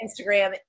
Instagram